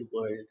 world